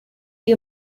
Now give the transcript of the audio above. you